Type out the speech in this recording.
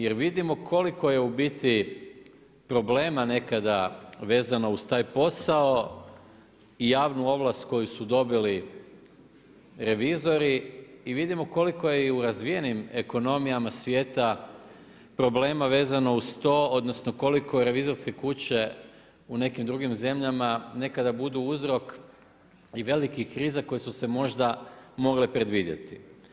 Jer vidimo koliko je u biti problema nekada vezano uz taj posao i javnu ovlast koju su dobili revizori i vidimo koliko je i u razvijenim ekonomijama svijeta problema vezano uz to, odnosno koliko revizorske kuće u nekim drugim zemljama nekada budu uzrok i velikih kriza koje su se možda mogle predvidjeti.